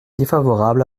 défavorable